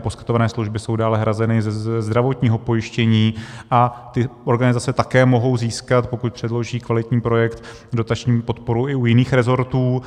Poskytované služby jsou dále hrazeny ze zdravotního pojištění a ty organizace také mohou získat, pokud předloží kvalitní projekt, dotační podporu i u jiných resortů,